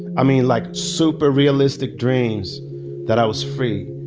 i mean like, super realistic dreams that i was free.